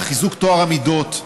אלא חיזוק טוהר המידות,